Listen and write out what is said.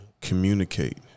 Communicate